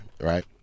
right